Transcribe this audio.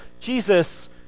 Jesus